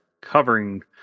covering